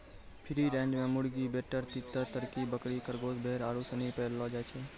free range मे मुर्गी, बटेर, तीतर, तरकी, बकरी, खरगोस, भेड़ आरु सनी पाललो जाय छै